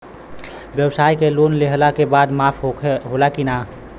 ब्यवसाय के लोन लेहला के बाद माफ़ होला की ना?